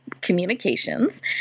Communications